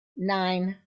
nine